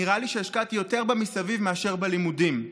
נראה לי שהשקעתי יותר במסביב מאשר בלימודים.